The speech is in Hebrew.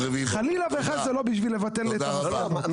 חלילה וחס זה לא בשביל לבטל את המסקנות.